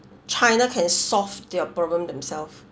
china can solve their problem themself